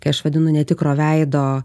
kai aš vadinu netikro veido